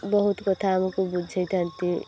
ବହୁତ କଥା ଆମକୁ ବୁଝାଇଥାନ୍ତି